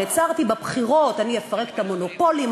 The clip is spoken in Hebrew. הצהרתי בבחירות: אפרק את המונופולים,